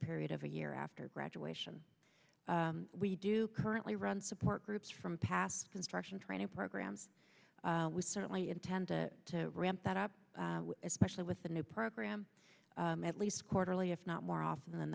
period of a year after graduation we do currently run support groups from path construction training programs we certainly intend to ramp that up especially with the new program at least quarterly if not more often than